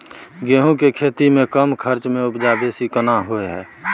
गेहूं के खेती में कम खर्च में उपजा बेसी केना होय है?